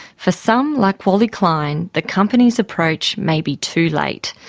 for some, like wally klein, the company's approach may be too late.